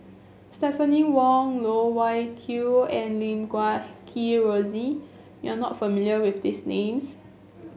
Stephanie Wong Loh Wai Kiew and Lim Guat Kheng Rosie you are not familiar with these names